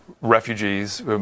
refugees